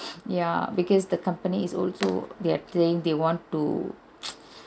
ya because the company is also they're saying they want to